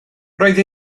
roedd